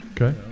Okay